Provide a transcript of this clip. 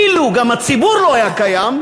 אילו גם הציבור לא היה קיים,